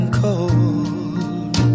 cold